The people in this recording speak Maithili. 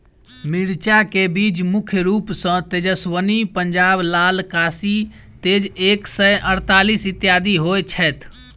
मिर्चा केँ बीज मुख्य रूप सँ तेजस्वनी, पंजाब लाल, काशी तेज एक सै अड़तालीस, इत्यादि होए छैथ?